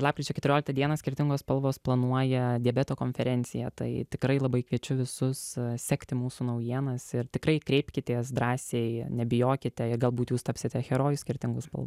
lapkričio keturioliktą dieną skirtingos spalvos planuoja diabeto konferenciją tai tikrai labai kviečiu visus sekti mūsų naujienas ir tikrai kreipkitės drąsiai nebijokite ir galbūt jūs tapsite herojus skirtingų spalvų